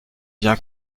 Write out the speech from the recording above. bien